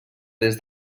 des